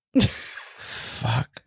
Fuck